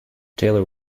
taylor